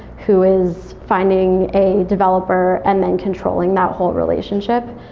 who is finding a developer and then controlling that whole relationship.